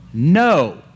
No